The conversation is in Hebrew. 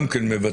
גם כן מוותר.